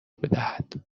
بدهد